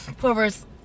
whoever's